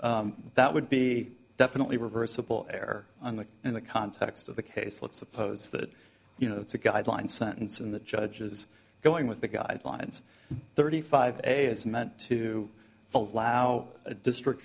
didn't that would be definitely reversible error on the in the context of the case let's suppose that you know that's a guideline sentence in the judge's going with the guidelines thirty five days meant to allow a district